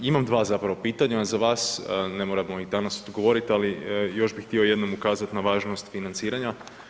Imam dva zapravo pitanja za vas, ne morate mi danas odgovoriti, ali još bi htio jednom ukazati na važnost financiranja.